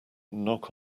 knock